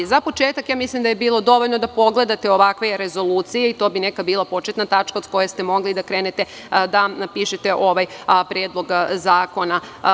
Za početak, mislim da je bilo dovoljno da pogledate ovakve rezolucije i to bi bila početna tačka od koje ste mogli da krenete da napišete predlog zakona.